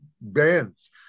bands